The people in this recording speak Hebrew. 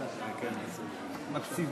אנחנו ממשיכים.